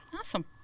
Awesome